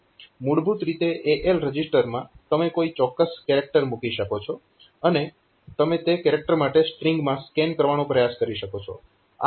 મૂળભૂત રીતે AL રજીસ્ટરમાં તમે કોઈ ચોક્કસ કેરેક્ટર મૂકી શકો છો અને તમે તે કેરેક્ટર માટે સ્ટ્રીંગમાં સ્કેન કરવાનો પ્રયાસ કરી શકો છો